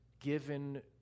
given